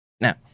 Now